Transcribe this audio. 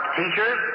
teachers